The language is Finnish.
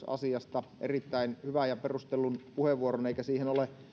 asiasta erittäin hyvän ja perustellun puheenvuoron eikä siihen ole